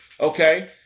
okay